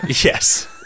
Yes